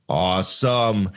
awesome